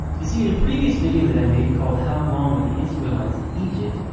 you see, in a previous video that i made, called, how long were the israelites in egypt,